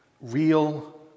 real